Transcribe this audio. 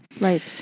Right